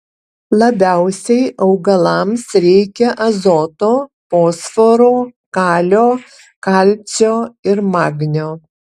labiausiai augalams reikia azoto fosforo kalio kalcio ir magnio